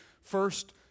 first